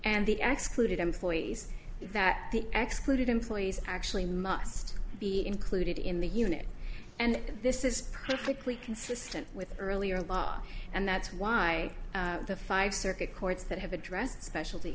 and the x clued employees that the exploited employees actually must be included in the unit and this is perfectly consistent with earlier law and that's why the five circuit courts that have addressed specialty